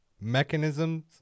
mechanisms